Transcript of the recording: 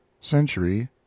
Century